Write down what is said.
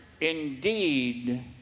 Indeed